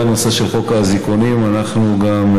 לגבי הנושא של חוק האזיקונים אנחנו גם,